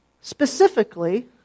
Specifically